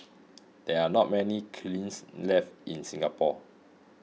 there are not many kilns left in Singapore